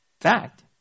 fact